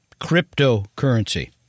Cryptocurrency